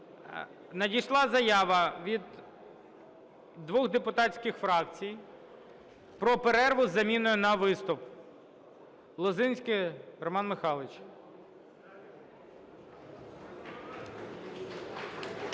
надійшла заява від двох депутатських фракцій про перерву з заміною на виступ. Лозинський Роман Михайлович.